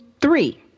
three